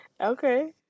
Okay